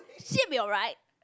she will be alright